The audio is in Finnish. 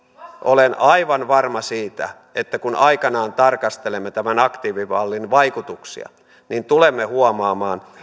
olen aivan varma siitä että kun aikanaan tarkastelemme tämän aktiivimallin vaikutuksia tulemme huomaamaan